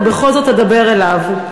ובכל זאת אדבר אליו.